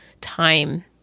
time